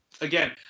Again